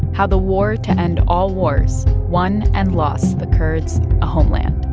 how the war to end all wars won and lost the kurds a homeland